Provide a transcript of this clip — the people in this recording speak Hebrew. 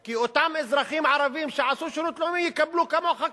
כי אותם אזרחים ערבים שעשו שירות לאומי יקבלו כמוך,